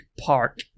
Park